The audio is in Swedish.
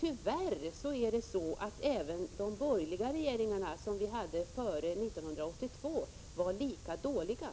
Tyvärr var de borgerliga regeringarna som vi hade före 1982 lika dåliga.